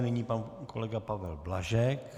Nyní pan kolega Pavel Blažek.